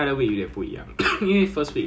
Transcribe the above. so like so like